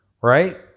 right